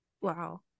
Wow